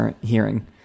hearing